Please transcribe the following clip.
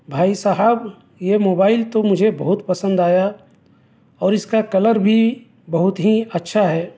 بھائی صاحب یہ موبائل تو مجھے بہت پسند آیا اور اس کا کلر بھی بہت ہی اچھا ہے